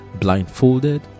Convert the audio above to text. blindfolded